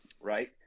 right